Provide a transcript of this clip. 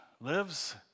lives